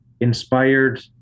inspired